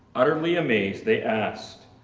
utterly amazed they asked,